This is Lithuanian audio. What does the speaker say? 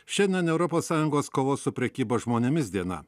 šiandien europos sąjungos kovos su prekyba žmonėmis diena